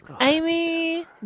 Amy